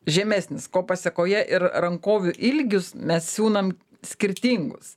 žemesnis ko pasekoje ir rankovių ilgius mes siūnam skirtingus